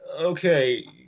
okay